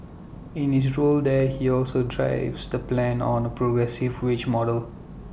in his role there he also drives the plans on A progressive wage model